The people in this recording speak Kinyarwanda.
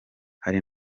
hari